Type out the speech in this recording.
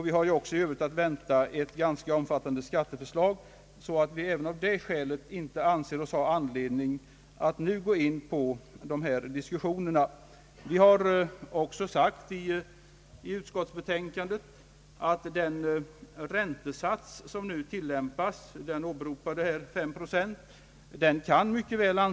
Vi har i övrigt att vänta ett ganska omfattande skatteförslag, och även av det skälet har vi ansett oss inte ha anledning att nu gå in på dessa diskussioner. I utskottets betänkande "sägs också att den räntesats som nu tillämpas, 5 procent, mycket väl kan.